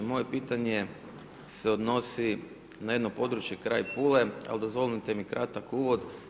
Moje pitanje se odnosi na jedno područje kraj Pule, ali dozvolite mi kratak uvod.